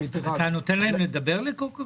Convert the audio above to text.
אז יש את הדת של תמר זנדברג עם החד-פעמי,